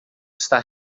está